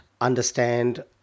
understand